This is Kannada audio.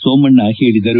ಸೋಮಣ್ಣ ಹೇಳದರು